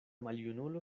maljunulo